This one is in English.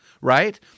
right